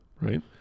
Right